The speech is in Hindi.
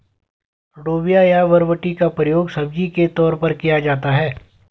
लोबिया या बरबटी का प्रयोग सब्जी के तौर पर किया जाता है